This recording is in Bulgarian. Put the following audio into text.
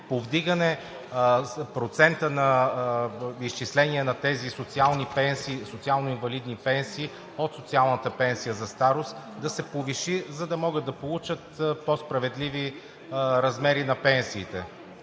повдигане процента на изчисление на тези социално-инвалидни пенсии от социалната пенсия за старост – да се повиши, за да могат да получат по-справедливи размери на пенсиите.